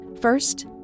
First